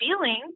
feeling